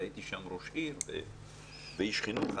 והייתי שם ראש עיר ואיש חינוך,